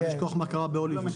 אל תשכח מה קרה בהוליווד.